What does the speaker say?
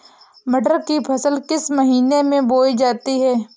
मटर की फसल किस महीने में बोई जाती है?